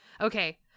Okay